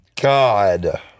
God